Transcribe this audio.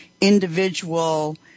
individual